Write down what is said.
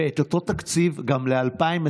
ואת אותו תקציב גם ל-2021.